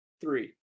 three